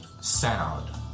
Sound